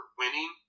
winning